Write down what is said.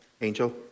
Angel